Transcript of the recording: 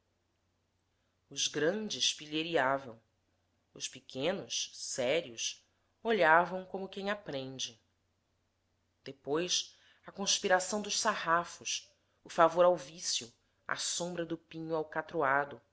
os grandes pilheriavam os pequenos sérios olhavam como quem aprende depois a conspiração dos sarrafos o favor ao vicio à sombra do pinho alcatroado